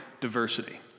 diversity